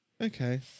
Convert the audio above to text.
Okay